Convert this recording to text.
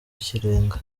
ikirenga